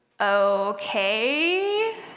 Okay